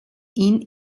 ihn